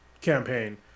campaign